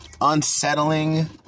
unsettling